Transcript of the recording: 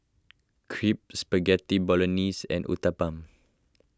Crepe Spaghetti Bolognese and Uthapam